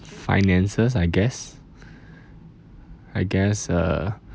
finances I guess I guess uh